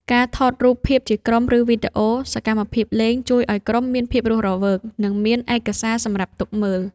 ការថតរូបភាពជាក្រុម ឬវីដេអូសកម្មភាពលេង ជួយឱ្យក្រុមមានភាពរស់រវើក និងមានឯកសារសម្រាប់ទុកមើល។